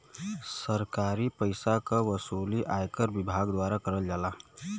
सरकारी पइसा क वसूली आयकर विभाग द्वारा करल जाला